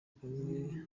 kagame